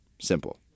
Simple